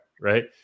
right